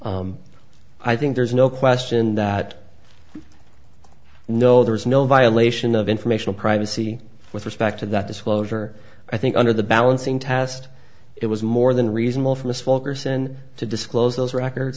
child i think there's no question that no there is no violation of informational privacy with respect to that disclosure i think under the balancing test it was more than reasonable for a spokesperson to disclose those records